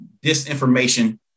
disinformation